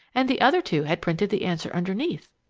and the other two had printed the answer underneath.